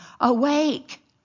awake